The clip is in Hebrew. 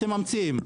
אתם ממציאים.